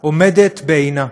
עומדת בעינה.